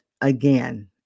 again